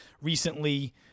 recently